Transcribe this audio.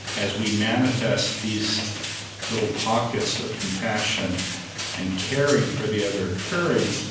as we manifest these little pockets of compassion and caring for the other occurring,